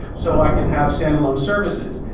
so i can have standalone services?